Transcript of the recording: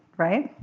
right.